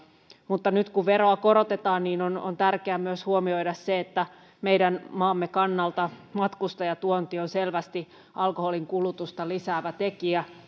mutta nyt kun veroa korotetaan on on tärkeää myös huomioida se että meidän maamme kannalta matkustajatuonti on selvästi alkoholin kulutusta lisäävä tekijä